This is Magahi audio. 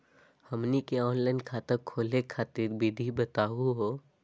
हमनी के ऑनलाइन खाता खोलहु खातिर विधि बताहु हो?